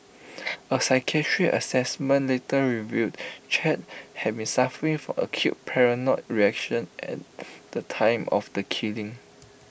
A psychiatric Assessment later revealed char had been suffering for acute paranoid reaction at the time of the killing